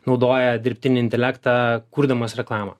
naudoja dirbtinį intelektą kurdamas reklamą